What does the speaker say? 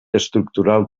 estructural